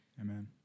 Amen